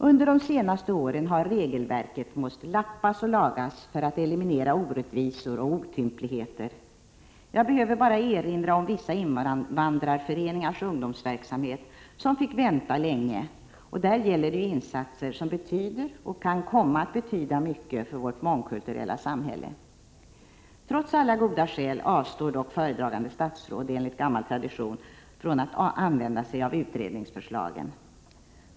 Under de senaste åren har regelverket måst lappas och lagas för att eliminera orättvisor och otympligheter. Jag behöver bara erinra om vissa invandrarföreningars ungdomsverksamhet, som fått vänta länge. Det gäller ju insatser som betyder och kan komma att betyda mycket för vårt mångkulturella samhälle. Trots alla goda skäl avstår dock föredragande statsråd — enligt gammal tradition — från att använda sig av utredningsförslagen.